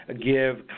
give